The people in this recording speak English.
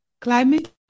climate